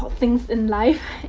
things in life.